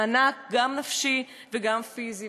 מענק, גם נפשי וגם פיזי.